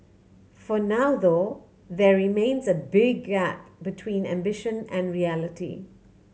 for now though there remains a big gap between ambition and reality